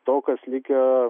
to kas likę